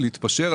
להתפשר,